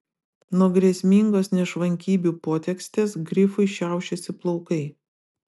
nuo grėsmingos nešvankybių potekstės grifui šiaušėsi plaukai